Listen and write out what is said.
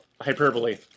hyperbole